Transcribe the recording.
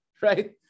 Right